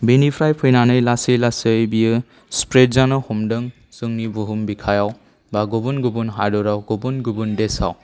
बेनिफ्राय फैनानै लासै लासै बियो स्प्रेड जानो हमदों जोंनि बुहुम बिखायाव बा गुबुन गुबुन हादोराव गुबुन गुबुन देशआव